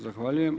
Zahvaljujem.